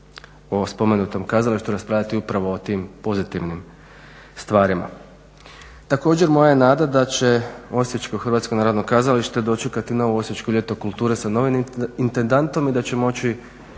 o spomenutom kazalištu raspravljati upravo o tim pozitivnim stvarima. Također, moja je nada da će Osječko HNK doći u … Osječko ljeto kulture sa novim intendantom i da će moći,